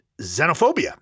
xenophobia